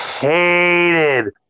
hated